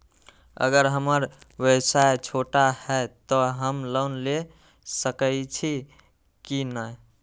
अगर हमर व्यवसाय छोटा है त हम लोन ले सकईछी की न?